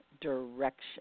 direction